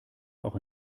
auch